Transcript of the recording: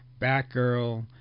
batgirl